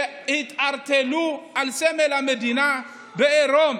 שהתערטלו על סמל המדינה בעירום.